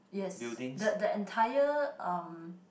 yes the the entire um